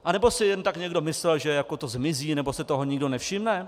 Anebo si jen tak někdo myslel, že to zmizí nebo si toho nikdo nevšimne?